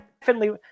Finley